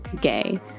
Gay